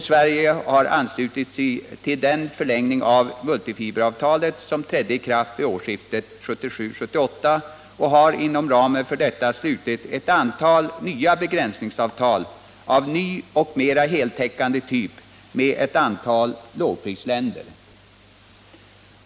Sverige har anslutit sig till den förlängning av multifiberavtalet som trädde i kraft vid årsskiftet 1977-1978 och har inom ramen för detta slutit ett antal nya begränsningsavtal av en ny och mera heltäckande typ med ett antal lågprislände:.